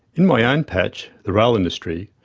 in my own patch, the rail industry,